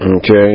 Okay